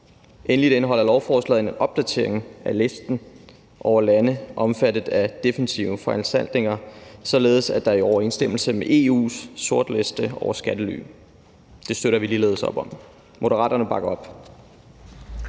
Endelig indeholder lovforslaget en opdatering af listen over lande omfattet af defensive foranstaltninger, således at der er overensstemmelse med EU's sortliste over skattely. Det støtter vi ligeledes op om. Moderaterne bakker op.